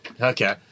Okay